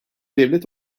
devlet